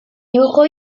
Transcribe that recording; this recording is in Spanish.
dibujó